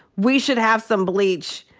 we should have some bleach,